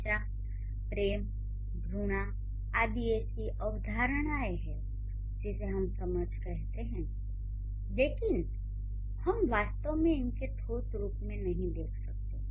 ईर्ष्या प्रेम घृणा आदि ऐसी अवधारणाएं हैं जिन्हें हम समझ सकते हैं लेकिन हम वास्तव में इसके ठोस रूप में नहीं देख सकते